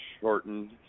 shortened